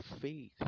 faith